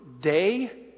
day